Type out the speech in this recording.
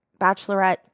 bachelorette